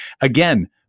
again